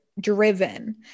driven